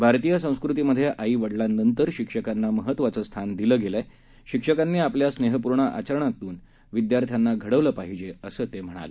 भारतीय संस्कृतीमध्ये आई वडिलांनंतर शिक्षकांना महत्वाचं स्थान दिलं आहे शिक्षकांनी आपल्या स्नेहपूर्ण आचरणातून विद्यार्थ्यांना घडवले पाहिजे असं त्यांनी सांगितलं